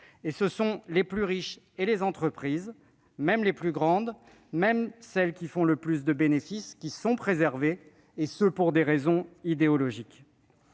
Et ce sont les plus riches et les entreprises- même les plus grandes, même celles qui font le plus de bénéfices -qui sont préservés, pour des raisons idéologiques.